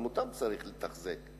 וגם אותם צריך לתחזק.